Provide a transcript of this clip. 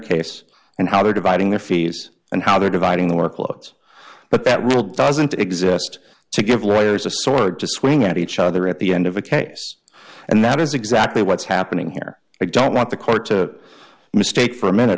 case and how they're dividing their fees and how they're dividing the workloads but that rule doesn't exist to give lawyers a sword to swing at each other at the end of a case and that is exactly what's happening here i don't want the court to mistake for a minute